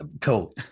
cool